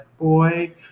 boy